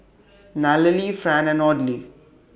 Nallely Fran and Audley